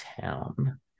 town